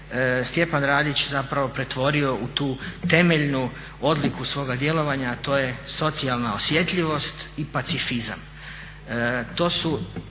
Stjepan Radić pretvorio u tu temeljnu odliku svoga djelovanja, a to je socijalna osjetljivost i pacifizam.